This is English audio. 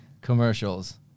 commercials